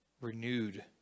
renewed